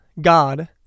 God